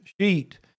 sheet